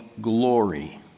glory